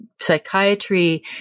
psychiatry